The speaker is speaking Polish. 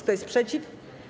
Kto jest przeciw?